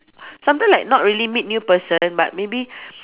sometime like not really meet new person but maybe